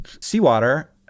seawater